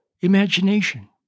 imagination